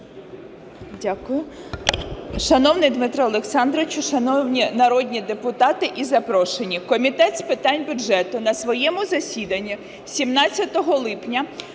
Дякую.